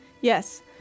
Yes